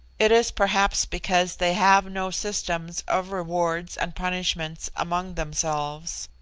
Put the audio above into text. it is perhaps because they have no systems of rewards and punishments among themselves,